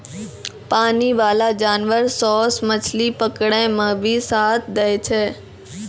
पानी बाला जानवर सोस मछली पकड़ै मे भी साथ दै छै